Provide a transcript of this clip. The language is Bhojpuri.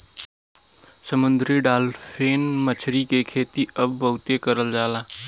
समुंदरी डालफिन मछरी के खेती अब बहुते करल जाला